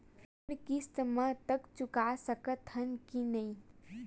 ऋण किस्त मा तक चुका सकत हन कि नहीं?